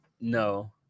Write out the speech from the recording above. No